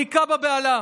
הכה בה באלה,